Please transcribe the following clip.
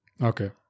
Okay